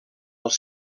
els